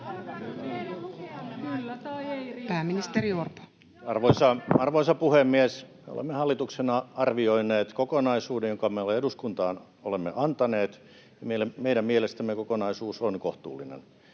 Content: Arvoisa puhemies! Olemme hallituksena arvioineet kokonaisuuden, jonka me olemme eduskuntaan antaneet. Meidän mielestämme kokonaisuus on kohtuullinen